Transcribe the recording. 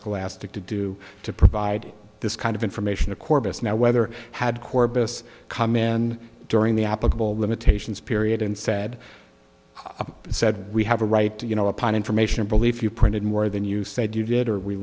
scholastic to do to provide this kind of information a corpus now whether had corbis come in during the applicable limitations period and said i said we have a right to you know upon information belief you printed more than you said you did or we